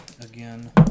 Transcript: again